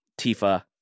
Tifa